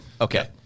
okay